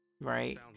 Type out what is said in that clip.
Right